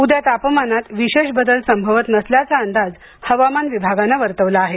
उद्या तापमानात विशेष बदल संभवत नसल्याचा अंदाज हवामान विभागाने वर्तवला आहे